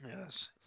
Yes